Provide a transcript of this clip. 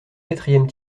quatrième